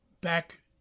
back